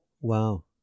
wow